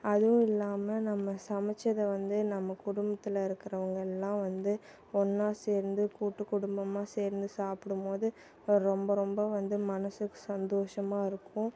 அதுவும் இல்லாமல் நம்ம சமைச்சதை வந்து நம்ம குடும்பத்தில் இருக்கிறவுங்க எல்லாம் வந்து ஒன்னாக சேர்ந்து கூட்டு குடும்பமாக சேர்ந்து சாப்பிடும்போது ரொம்ப ரொம்ப வந்து மனசுக்கு சந்தோஷமா இருக்கும்